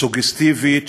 סוגסטיבית,